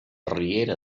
riera